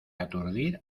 aturdir